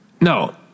No